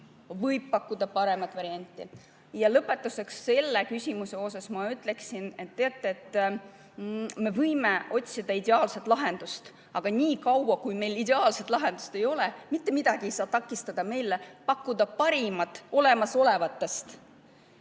Võib pakkuda paremat varianti. Lõpetuseks selle küsimuse kohta ma ütleksin, et teate, me võime otsida ideaalset lahendust, aga nii kaua, kui meil ideaalset lahendust ei ole, ei saa mitte miski takistada meid pakkumast parimat olemasolevatest,